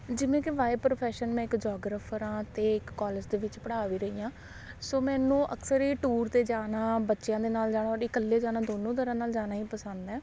ਜਿਵੇਂ ਕਿ by profession ਮੈਂ ਇੱਕ ਜੋਗ੍ਰਾਫਰ ਹਾਂ ਅਤੇ ਇੱਕ ਕਾਲਜ ਦੇ ਵਿੱਚ ਪੜ੍ਹਾ ਵੀ ਰਹੀ ਹਾਂ ਸੋ ਮੈਨੂੰ ਅਕਸਰ ਹੀ ਟੂਰ 'ਤੇ ਜਾਣਾ ਬੱਚਿਆਂ ਦੇ ਨਾਲ ਜਾਣਾ ਇਕੱਲੇ ਜਾਣਾ ਦੋਨੋਂ ਤਰ੍ਹਾਂ ਨਾਲ ਜਾਣਾ ਹੀ ਪਸੰਦ ਹੈ